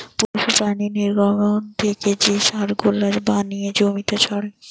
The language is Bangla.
পশু প্রাণীর নির্গমন থেকে যে সার গুলা বানিয়ে জমিতে ছড়ায়